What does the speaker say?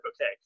okay